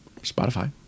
Spotify